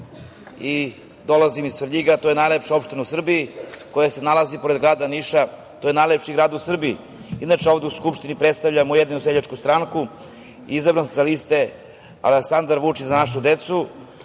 i dolazim iz Svrljiga, a to je najlepša opština u Srbiji koja se nalazi pored grada Niša. To je najlepši grad u Srbiji. Inače, ovde u Skupštini predstavljam Ujedinjenu seljačku stranku, izabran sa liste Aleksandar Vučić – Za našu decu,